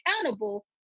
accountable